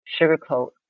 sugarcoat